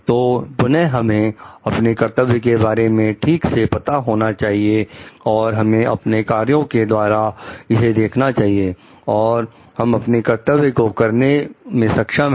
तो पुनः हमें अपने कर्तव्यों के बारे में ठीक से पता होना चाहिए और हमें अपने कार्यों के द्वारा इसे देखना चाहिए और हम अपने कर्तव्य को करने में सक्षम हैं